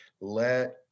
Let